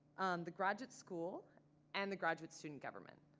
the graduate school and the graduate student government.